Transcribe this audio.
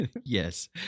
Yes